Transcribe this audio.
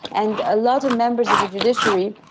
and a lot of members of the judiciary,